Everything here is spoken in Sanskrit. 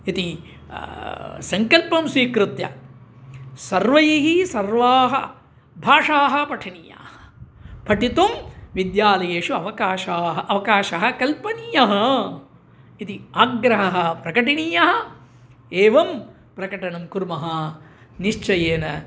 यदि सङ्कल्पं स्वीकृत्य सर्वैः सर्वाः भाषाः पठनीयाः पठितुं विद्यालयेषु अवकाशाः अवकाशः कल्पनीयः इति आग्रहः प्रकटनीयः एवं प्रकटनं कुर्मः निश्चयेन